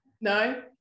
No